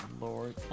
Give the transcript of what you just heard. Lord